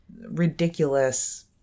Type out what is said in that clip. ridiculous